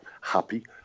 happy